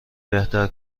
بهتر